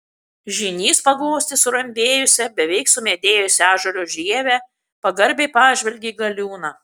žynys paglostė surambėjusią beveik sumedėjusią ąžuolo žievę pagarbiai pažvelgė į galiūną